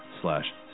slash